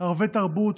ערבי תרבות,